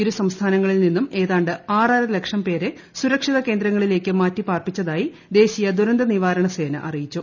ഇരു സംസ്ഥാനങ്ങളിൽ നിന്നും ഏതാണ്ട് ആറര ലക്ഷം പേരെ സുരക്ഷിത കേന്ദ്രങ്ങളിലേയ്ക്ക് മാറ്റി പാർപ്പിച്ചതായി ദേശീയ ദുരന്ത നിവാരണ സേന അറിയിച്ചു